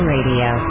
Radio